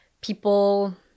people